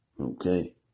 Okay